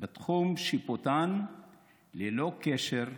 בתחום שיפוטן של המדינות ללא קשר לגזע,